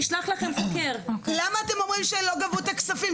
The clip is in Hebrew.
"..נשלח לכם חוקר.." למה אתם אומרים שלא גבו את הכספים?